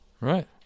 Right